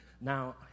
Now